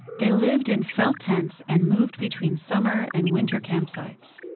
they lived in felt tents and moved between summer and winter campsites.